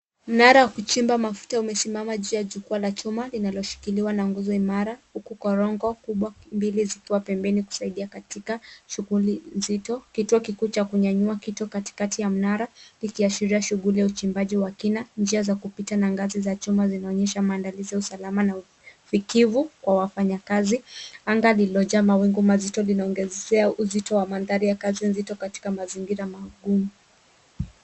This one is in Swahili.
Mnara wa kuchimba mafuta umesimama juu ya jukwaa la chuma, linaloshikiliwa na nguzo imara, huku korongo kubwa mbili zikiwa pembeni kusaidia katika shughuli nzito. Kituo kikuu cha kunyanyua kito katikati ya mnara, kikiashiria shughuli ya uchimbaji wa kina, njia za kupita na ngazi za chuma zinaonyesha maandalizi ya usalama na ufikivu kwa wafanyakazi. Anga lililojaa mawingu mazito, linaongezea uzito wa mandhari ya kazi nzito katika mazingira magumu.